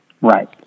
Right